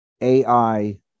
ai